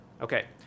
Okay